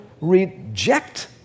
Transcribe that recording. reject